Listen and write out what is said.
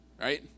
right